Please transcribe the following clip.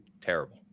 terrible